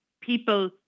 people